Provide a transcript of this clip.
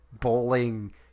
bowling